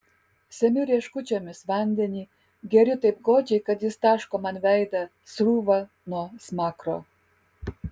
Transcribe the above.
semiu rieškučiomis vandenį geriu taip godžiai kad jis taško man veidą srūva nuo smakro